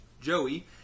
Joey